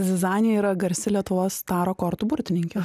zizanija yra garsi lietuvos taro kortų burtininkė